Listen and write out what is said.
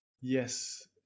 Yes